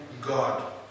God